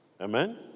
Amen